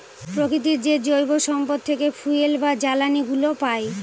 প্রকৃতির যে জৈব সম্পদ থেকে ফুয়েল বা জ্বালানিগুলো পাই